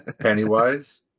Pennywise